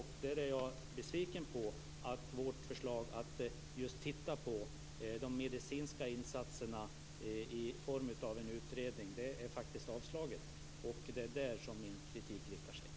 Jag är besviken över att vårt förslag att tillsätta en utredning som skall titta på de medicinska insatserna är avstyrkt. Det är mot detta som min kritik riktar sig.